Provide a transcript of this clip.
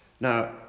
Now